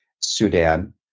Sudan